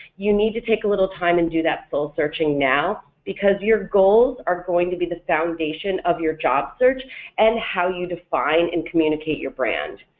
you need to take a little time and do that soul-searching now because your goals are going to be the foundation of your job search and how you define and communicate your brand.